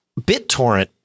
BitTorrent